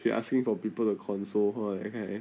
she asking for people to console her that kind